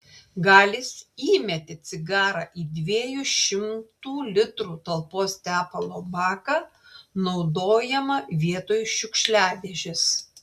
galis įmetė cigarą į dviejų šimtų litrų talpos tepalo baką naudojamą vietoj šiukšliadėžės